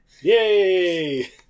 Yay